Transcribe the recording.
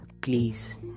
please